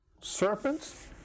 Serpents